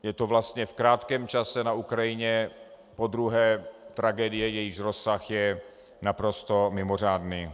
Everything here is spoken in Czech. Je to vlastně v krátkém čase na Ukrajině podruhé tragédie, jejíž rozsah je naprosto mimořádný.